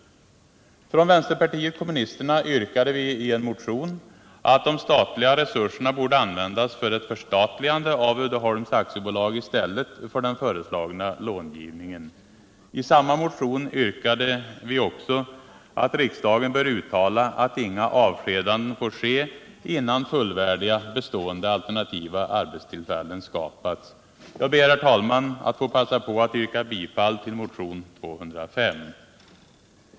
Vänsterpartiet kommunisterna yrkade i en motion att de statliga resurserna borde användas för ett förstatligande av Uddeholms AB i stället för till den föreslagna långivningen. I samma motion yrkade vi också att riksdagen bör uttala att inga avskedanden får ske innan fullvärdiga, bestående alternativa arbetstillfällen skapats. Jag ber, herr talman, att få passa på att yrka bifall till motionen 205.